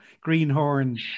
Greenhorn